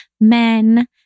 men